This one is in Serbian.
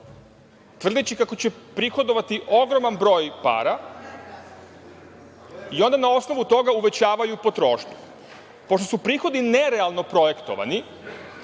tvrdeći kako će prihodovati ogroman broj para i onda na osnovu toga uvećavaju potrošnju. Pošto su prihodi nerealno projektovani,